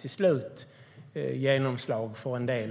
En del av dem fick genomslag till